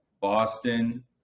Boston